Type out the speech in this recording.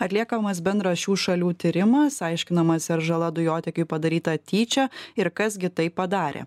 atliekamas bendras šių šalių tyrimas aiškinamasi ar žala dujotiekiui padaryta tyčia ir kas gi tai padarė